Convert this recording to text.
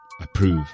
approve